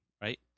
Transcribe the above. right